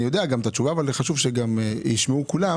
אני יודע גם את התשובה אבל חשוב שגם ישמעו כולם